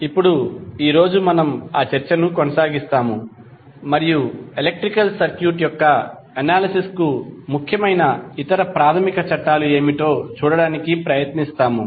ఇప్పుడు ఈ రోజు మనం ఆ చర్చను కొనసాగిస్తాము మరియు ఎలక్ట్రికల్ సర్క్యూట్ యొక్క అనాలిసిస్ కు ముఖ్యమైన ఇతర ప్రాథమిక చట్టాలు ఏమిటో చూడటానికి ప్రయత్నిస్తాము